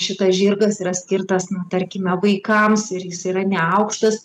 šitas žirgas yra skirtas na tarkime vaikams ir jis yra neaukštas